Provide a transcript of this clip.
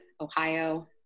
Ohio